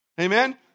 Amen